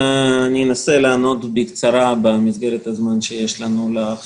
אנסה לענות בקצרה לחלק מהשאלות